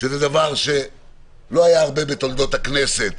שזה דבר שלא היה הרבה בתולדות הכנסת,